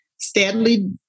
steadily